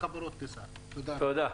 גברתי,